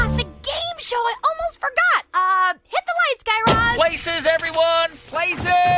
um the game show. i almost forgot. ah, hit the lights, guy raz places, everyone. places